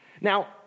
Now